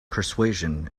persuasion